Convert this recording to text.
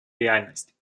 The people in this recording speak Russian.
реальность